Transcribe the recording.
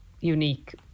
unique